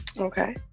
Okay